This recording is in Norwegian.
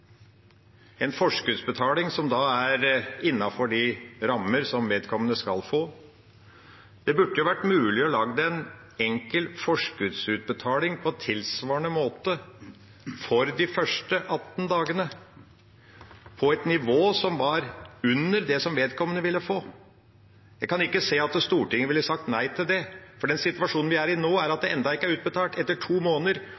en forskuddsbetaling som er innenfor de rammer som vedkommende skal få. Det burde jo vært mulig å lage en enkel forskuddsutbetaling på tilsvarende måte for de første 18 dagene, på et nivå som var under det som vedkommende ville få. Jeg kan ikke se at Stortinget ville sagt nei til det, for den situasjonen vi er i nå, er at det ennå ikke – etter to måneder